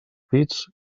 pits